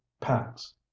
packs